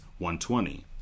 120